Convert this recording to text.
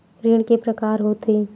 ऋण के प्रकार के होथे?